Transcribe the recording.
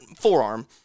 forearm